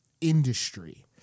industry